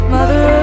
Mother